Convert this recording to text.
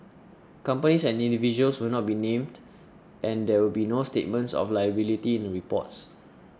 companies and individuals will not be named and there will be no statements of liability in the reports